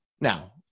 Now